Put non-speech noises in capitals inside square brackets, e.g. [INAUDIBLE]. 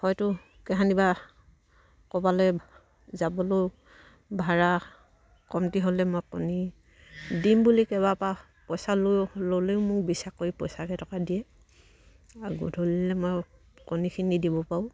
হয়তো কেহানিবা ক'বালে যাবলৈও ভাড়া কমটি হ'লে মই কণী দিম বুলি [UNINTELLIGIBLE] পইচা লৈ ল'লেও মোক বিশ্বাস কৰি পইচা কেইটকা দিয়ে আৰু গধূলিলে মই কণীখিনি দিব পাৰো